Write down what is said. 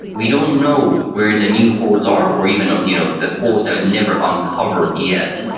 we don't know where the new holes are or even ah and you know the holes are never uncovered yet.